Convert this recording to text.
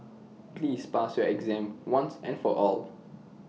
please pass your exam once and for all